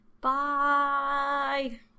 Bye